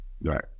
right